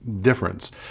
difference